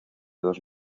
dos